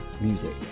music